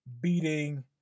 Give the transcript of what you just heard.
beating